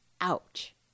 Ouch